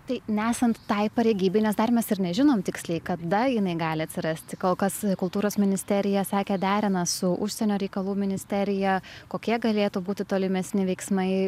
tai nesant tai pareigybei nes dar mes ir nežinom tiksliai kada jinai gali atsirasti kol kas kultūros ministerija sakė derina su užsienio reikalų ministerija kokie galėtų būti tolimesni veiksmai